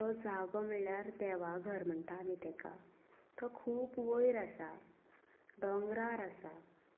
तो जागो म्हणल्यार देवाघर म्हणटा आमी ताका तो खूब वयर आसा डोंगरार आसा